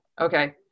okay